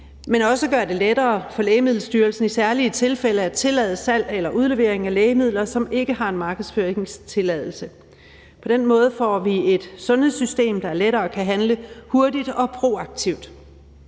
men også gøre det lettere for Lægemiddelstyrelsen i særlige tilfælde at tillade salg eller udlevering af lægemidler, som ikke har en markedsføringstilladelse. På den måde får vi et sundhedssystem, der lettere kan handle hurtigt og proaktivt.